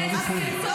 נא לסיים.